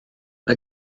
mae